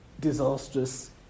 disastrous